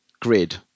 grid